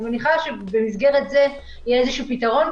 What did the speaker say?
במסגרת זה יהיה איזשהו פתרון.